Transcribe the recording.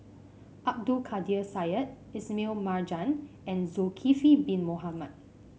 Abdul Kadir Syed Ismail Marjan and Zulkifli Bin Mohamed